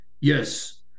Yes